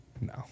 no